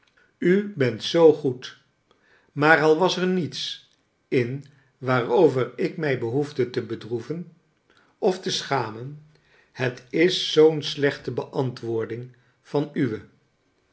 u bent zoo goed maar al was er niets in waarover ik mij behoefde te bedroeven of te scharnen het is zoo'n slechte beantwoording van uwe